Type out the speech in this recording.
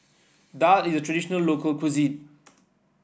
Daal is a traditional local cuisine